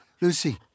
Lucy